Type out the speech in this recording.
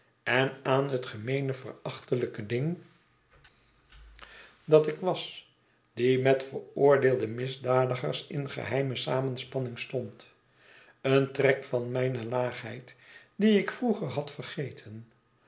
en aan het gemeene verachtelijke ding dat ik was die met veroordeelde misdadigers in geheime samenspanning stond een trek van mijne laagheid dien ik vroeger had vergeten